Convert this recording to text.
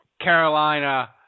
Carolina